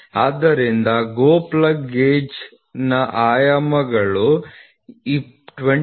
ಆದ್ದರಿಂದ GO plug ಗೇಜ್ನ ಆಯಾಮಗಳು 25